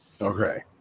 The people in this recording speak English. Okay